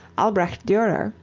albrecht durer,